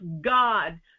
God